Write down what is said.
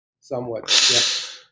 somewhat